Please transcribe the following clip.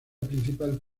principal